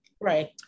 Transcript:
Right